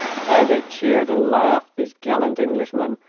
how they cheered and laughed, these gallant englishmen,